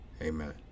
Amen